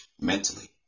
mentally